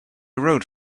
rode